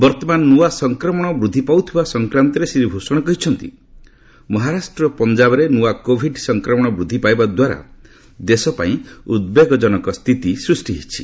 ବର୍ତ୍ତମାନ ନ୍ନଆ ସଂକ୍ରମଣ ବୃଦ୍ଧି ପାଉଥିବା ସଂକ୍ରାନ୍ତରେ ଶ୍ରୀ ଭୂଷଣ କହିଛନ୍ତି ମହାରାଷ୍ଟ୍ର ଓ ପଞ୍ଜାବରେ ନୃଆ କୋଭିଡ ସଂକ୍ରମଣ ବୃଦ୍ଧି ପାଇବା ଦ୍ୱାରା ଦେଶ ପାଇଁ ଉଦ୍ବେଗଜନକ ସ୍ଥିତି ସୃଷ୍ଟି ହୋଇଛି